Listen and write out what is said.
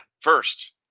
First